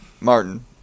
martin